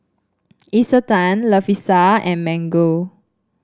Isetan Lovisa and Mango